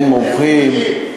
אין מומחים?